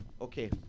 Okay